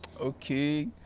Okay